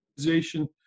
organization